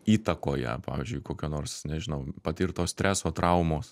įtakoje pavyzdžiui kokio nors nežinau patirto streso traumos